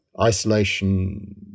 isolation